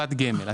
בקופת גמל.